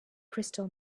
crystal